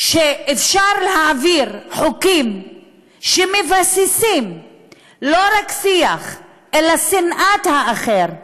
שאפשר להעביר חוקים שמבססים לא רק שיח אלא שנאת האחר,